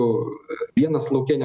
vienas lauke ne karys kad